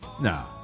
No